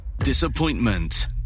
disappointment